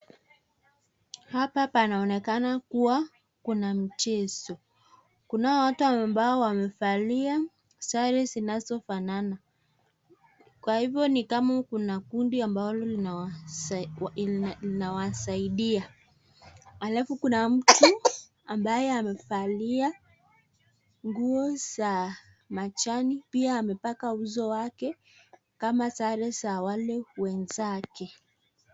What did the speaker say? Hapa panaonekana kuwa kuna mchezo, kunao watu ambao wamevalia sare zinazofanana kwa hivo ni kama kuna kundi ambalo linalowasaidia ,alafu kuna mtu ambaye amevalia nguo za majani pia amepaka uso wake kama sare za wale wenzake.